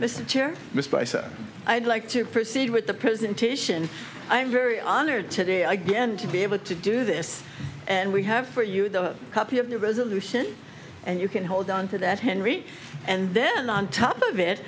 said i'd like to proceed with the presentation i'm very honored today again to be able to do this and we have for you the copy of the resolution and you can hold on to that henry and then on top of it